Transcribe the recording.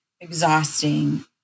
exhausting